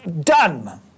done